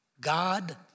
God